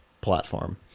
platform